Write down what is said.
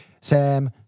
Sam